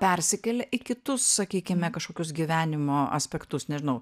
persikėlė į kitus sakykime kažkokius gyvenimo aspektus nežinau